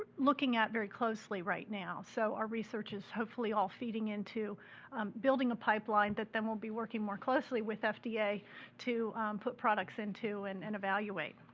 looking at very closely right now, so our research is hopefully all feeding into building a pipeline that then we'll be working more closely with fda to put products into and and evaluate.